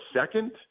second